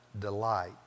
delight